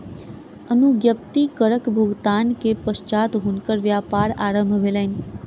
अनुज्ञप्ति करक भुगतान के पश्चात हुनकर व्यापार आरम्भ भेलैन